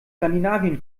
skandinavien